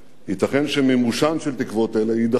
ייתכן שמימושן של תקוות אלו יידחה